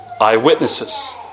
Eyewitnesses